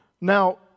now